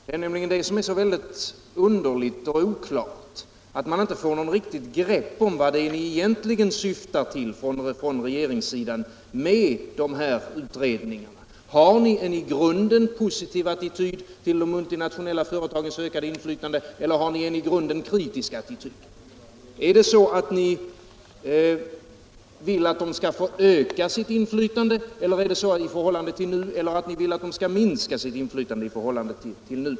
Det är nämligen så underligt och oklart att man inte får något riktigt grepp om vad ni egentligen syftar till från regeringspartiets sida med de här utredningarna. Har ni en i grunden positiv attityd till de multinationella företagens ökade inflytande eller har ni en i grunden kritisk attityd? Vill ni att de skall få öka sitt inflytande i förhållande till nu eller vill ni att deras inflytande skall minska i förhållande till nu?